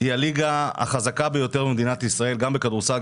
היא הליגה החזקה ביותר במדינת ישראל גם בכדורגל,